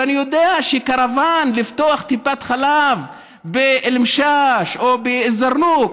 ואני יודע שקרוון כדי לפתוח טיפת חלב באל-משאש או בא-זרנוק,